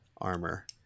armor